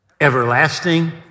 everlasting